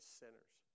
sinners